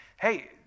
Hey